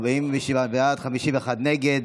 51 נגד.